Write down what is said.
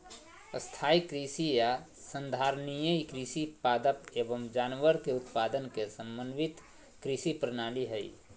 स्थाई कृषि या संधारणीय कृषि पादप एवम जानवर के उत्पादन के समन्वित कृषि प्रणाली हई